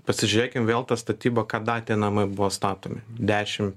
pasižiūrėkim vėl ta statyba kada tie namai buvo statomi dešim